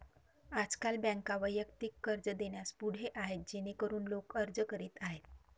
आजकाल बँका वैयक्तिक कर्ज देण्यास पुढे आहेत जेणेकरून लोक अर्ज करीत आहेत